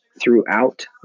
throughout